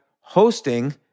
hosting